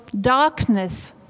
darkness